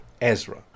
Ezra